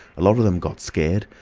a lot of them got scared.